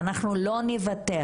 ואנחנו לא נוותר.